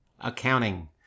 accounting